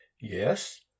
Yes